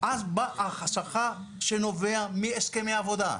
אז בא השכר שנובע מהסכמי עבודה,